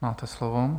Máte slovo.